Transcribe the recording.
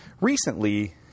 Recently